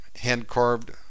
hand-carved